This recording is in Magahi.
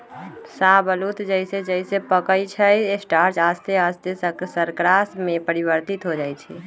शाहबलूत जइसे जइसे पकइ छइ स्टार्च आश्ते आस्ते शर्करा में परिवर्तित हो जाइ छइ